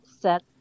set